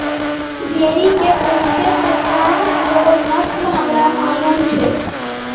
भेड़ी के बहुते प्रकार रो नस्ल हमरा मालूम छै